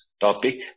topic